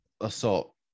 assault